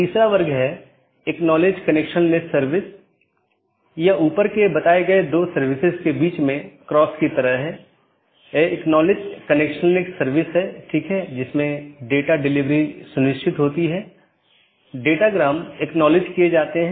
तो इसका मतलब है एक बार अधिसूचना भेजे जाने बाद डिवाइस के उस विशेष BGP सहकर्मी के लिए विशेष कनेक्शन बंद हो जाता है और संसाधन जो उसे आवंटित किये गए थे छोड़ दिए जाते हैं